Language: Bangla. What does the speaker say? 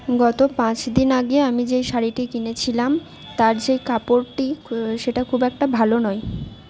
গত পাঁচ দিন আগে আমি যেই শাড়িটি কিনেছিলাম তার যে কাপড়টি সেটা খুব একটা ভালো নয়